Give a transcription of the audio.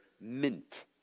mint